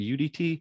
UDT